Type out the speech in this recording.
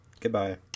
Goodbye